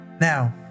Now